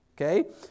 Okay